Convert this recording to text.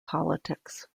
politics